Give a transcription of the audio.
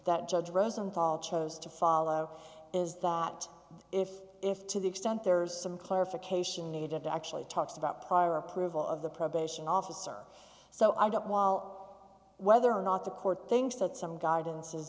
that judge rosenthal chose to follow is that if if to the extent there is some clarification needed to actually talks about prior approval of the probation officer so i don't while whether or not the court thinks that some guidance is